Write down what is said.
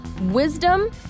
Wisdom